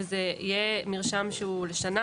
זה יהיה מרשם שהוא לשנה,